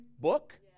book